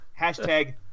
Hashtag